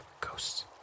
Ghosts